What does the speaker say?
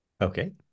Okay